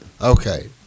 Okay